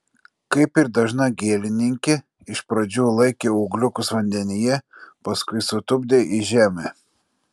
kaip ir dažna gėlininkė iš pradžių laikė ūgliukus vandenyje paskui sutupdė į žemę